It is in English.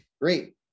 Great